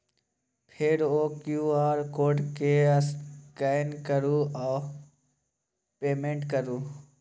फेर ओ QR code केँ स्कैन करु आ पेमेंट करु